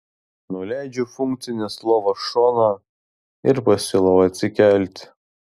nuleidžiu funkcinės lovos šoną ir pasiūlau atsikelti